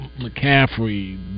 McCaffrey